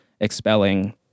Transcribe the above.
expelling